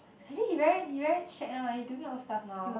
actually he very he very shag now he doing a lot of stuff now